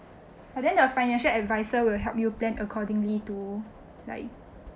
but then the financial advisor will help you plan accordingly to like